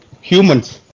Humans